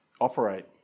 operate